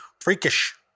Freakish